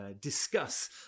discuss